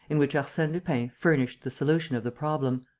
in which arsene lupin furnished the solution of the problem.